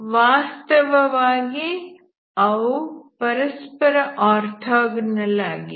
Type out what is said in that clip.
ವಾಸ್ತವವಾಗಿ ಅವುಗಳು ಪರಸ್ಪರ ಆರ್ಥೋಗೋನಲ್ ಆಗಿವೆ